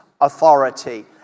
authority